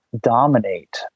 dominate